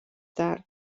tard